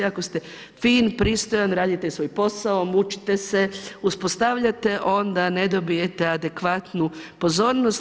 Ako ste fin, pristojan, radite svoj posao, mučite se, uspostavljate onda, ne dobijete adekvatnu pozornost.